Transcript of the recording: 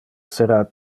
sera